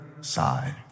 side